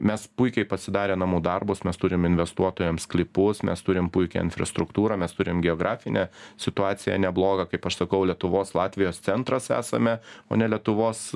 mes puikiai pasidarę namų darbus mes turim investuotojams sklypus mes turim puikią infrastruktūrą mes turim geografinę situaciją neblogą kaip aš sakau lietuvos latvijos centras esame o ne lietuvos